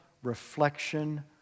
Reflection